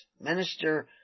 minister